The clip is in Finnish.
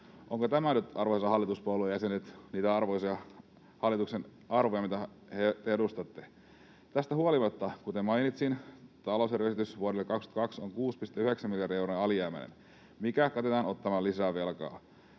Onko tämä nyt, arvoisat hallituspuolueiden jäsenet, niitä arvoisia hallituksen arvoja, mitä te edustatte? Tästä huolimatta, kuten mainitsin, talousarvioesitys vuodelle 22 on 6,9 miljardia euroa alijäämäinen, mikä katetaan ottamalla lisää velkaa.